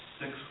six